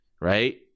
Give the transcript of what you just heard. right